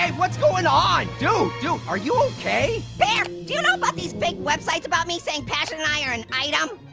and what's going on? dude, dude, are you okay? pear, do you know about these fake websites about me saying passion and i are an item?